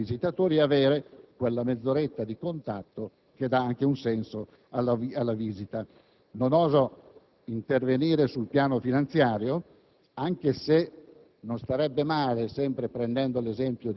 nella quale sistemare i visitatori e avere quella mezz'oretta di contatto che dà anche un senso alla visita. Non oso intervenire sul piano finanziario, anche se